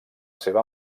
seva